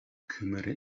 kümmere